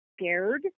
scared